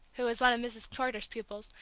who was one of mrs. porter's pupils,